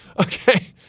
Okay